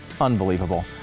Unbelievable